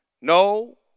no